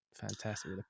fantastic